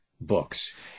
books